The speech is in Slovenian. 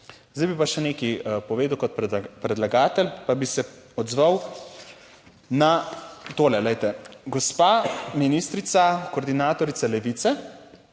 Zdaj bi pa še nekaj povedal, kot predlagatelj, pa bi se odzval na tole, glejte, gospa ministrica, koordinatorica Levice